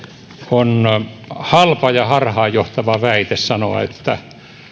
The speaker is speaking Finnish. on halpa ja harhaanjohtava väite sanoa että